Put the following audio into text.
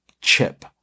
chip